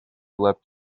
left